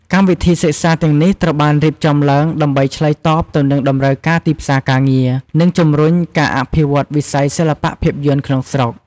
កម្មវិធីសិក្សាទាំងនេះត្រូវបានរៀបចំឡើងដើម្បីឆ្លើយតបទៅនឹងតម្រូវការទីផ្សារការងារ និងជំរុញការអភិវឌ្ឍវិស័យសិល្បៈភាពយន្តក្នុងស្រុក។